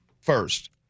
first